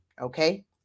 Okay